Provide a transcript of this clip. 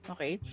Okay